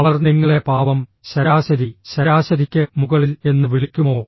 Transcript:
അവർ നിങ്ങളെ പാവം ശരാശരി ശരാശരിക്ക് മുകളിൽ എന്ന് വിളിക്കുമോ